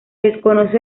desconoce